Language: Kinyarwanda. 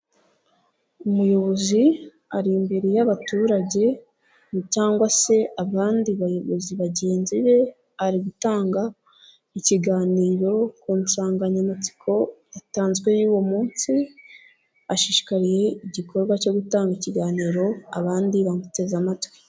Umuyobozi ari imbere y'abaturage cyangwa se abandi bayobozi bagenzi be, ari gutanga ikiganiro ku nsanganyamatsiko yatanzwe y'uwo munsi, ashishikariye igikorwa cyo gutanga ikiganiro abandi bamuteze amatwi.